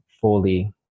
fully